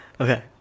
Okay